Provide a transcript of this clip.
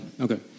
okay